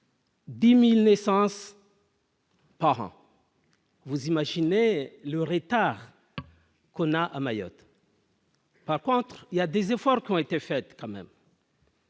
10000 naissances. Laurent, vous imaginez le retard qu'on a à Mayotte. Par contre, il y a des efforts qui ont été faites quand même.